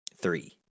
Three